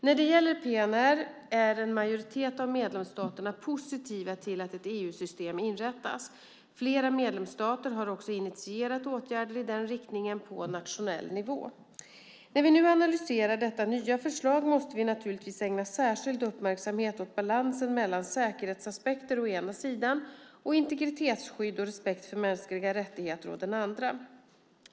När det gäller PNR är en majoritet av medlemsstaterna positiva till att ett EU-system inrättas. Flera medlemsstater har också initierat åtgärder i den riktningen på nationell nivå. När vi nu analyserar detta nya förslag måste vi naturligtvis ägna särskild uppmärksamhet åt balansen mellan säkerhetsaspekter å den ena sidan och integritetsskydd och respekt för mänskliga rättigheter å den andra.